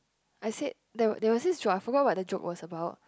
I said there was there was this joke I forgot what the joke was about